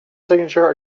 signature